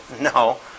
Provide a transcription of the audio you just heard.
no